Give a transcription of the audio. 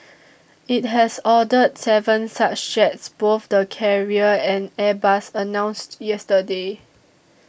it has ordered seven such jets both the carrier and Airbus announced yesterday